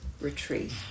retreat